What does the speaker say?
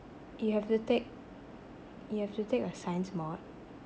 you have to take you have to take a science mod